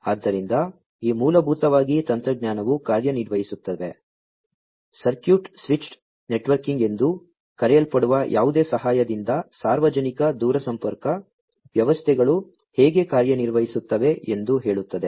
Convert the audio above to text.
ಆದ್ದರಿಂದ ಈ ಮೂಲಭೂತವಾಗಿ ತಂತ್ರಜ್ಞಾನವು ಕಾರ್ಯನಿರ್ವಹಿಸುತ್ತದೆ ಸರ್ಕ್ಯೂಟ್ ಸ್ವಿಚ್ಡ್ ನೆಟ್ವರ್ಕಿಂಗ್ ಎಂದು ಕರೆಯಲ್ಪಡುವ ಯಾವುದೋ ಸಹಾಯದಿಂದ ಸಾರ್ವಜನಿಕ ದೂರಸಂಪರ್ಕ ವ್ಯವಸ್ಥೆಗಳು ಹೇಗೆ ಕಾರ್ಯನಿರ್ವಹಿಸುತ್ತವೆ ಎಂದು ಹೇಳುತ್ತದೆ